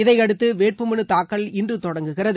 இதையடுத்து வேட்புமனு தாக்கல் இன்று தொடங்குகிறது